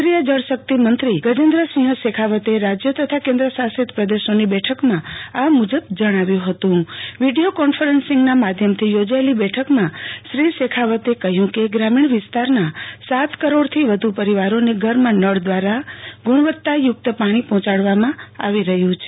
કેન્દ્રિય જળશક્તિ મંત્રી ગજેન્દ્રસિંહ શેખાવતે રાજ્યોતથા કેન્દ્ર શાસિત પ્રદેશોની બેઠકમાં આ મુજબ જણાવ્યું હતું વીડિયો કોન્ફરન્સિંગ માધ્યમથી યોજાયેલી બેઠકમાં શ્રી શેખાવતે કહ્યું કેગ્રામીણ વિસ્તારના સાત કરોડથી વધુ પરિવારોને ધરમાં નળ દ્વારા ગુણવત્તાયુક્ત પાણીપર્હોચાડવામાં આવી રહ્યું છે